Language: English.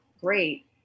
great